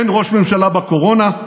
אין ראש ממשלה בקורונה,